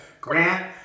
Grant